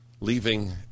leaving